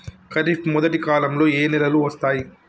ఖరీఫ్ మొదటి కాలంలో ఏ నెలలు వస్తాయి?